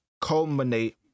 culminate